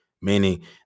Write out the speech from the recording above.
meaning